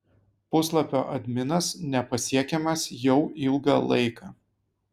puslapio adminas nepasiekiamas jau ilgą laiką